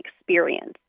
experience